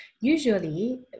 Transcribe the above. Usually